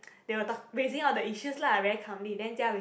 they were talk raising out the issues lah very calmly then jia wei